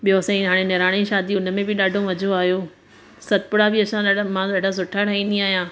ॿियों असांजी हाणे निणान जी शादी हुनमें बि ॾाढो मज़ो आहियो सतपुड़ा बि असां ॾाढा मां ॾाढा सुठा ठाहींदी आहियां